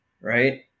right